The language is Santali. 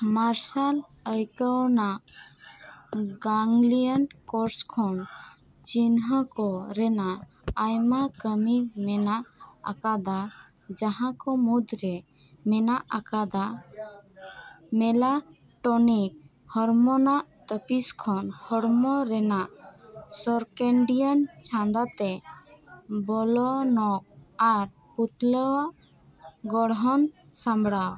ᱢᱟᱨᱥᱟᱞ ᱟᱭᱠᱟᱹᱣᱟᱱᱟᱜ ᱜᱟᱝᱞᱤᱭᱚᱱ ᱠᱳᱥ ᱠᱷᱚᱱ ᱪᱤᱱᱦᱟᱹ ᱠᱚ ᱨᱮᱱᱟᱜ ᱟᱭᱢᱟ ᱠᱟᱹᱢᱤ ᱢᱮᱱᱟᱜ ᱟᱠᱟᱫᱟ ᱡᱟᱸᱦᱟ ᱠᱚ ᱢᱩᱫᱽᱨᱮ ᱢᱮᱱᱟᱜ ᱟᱠᱟᱫᱟ ᱢᱮᱞᱳᱴᱚᱱᱤᱠ ᱦᱚᱨᱢᱳᱱ ᱟᱜ ᱛᱟᱹᱯᱤᱥ ᱫᱚᱢᱚᱱ ᱦᱚᱲᱢᱚ ᱨᱮᱱᱟᱜ ᱥᱟᱨᱠᱮᱰᱤᱭᱟᱱ ᱪᱷᱟᱸᱫᱟᱛᱮ ᱵᱚᱞᱚᱱᱚᱜ ᱟᱨ ᱯᱩᱛᱞᱟᱹᱣᱟᱜ ᱜᱚᱲᱦᱚᱱ ᱥᱟᱢᱵᱲᱟᱣ